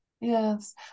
Yes